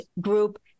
group